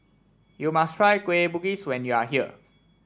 you must try Kueh Bugis when you are here